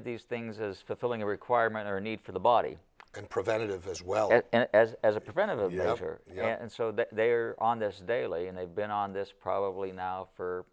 at these things as fulfilling a requirement or a need for the body and preventative as well as as a preventive of yasser yeah and so that they are on this daily and i've been on this probably now for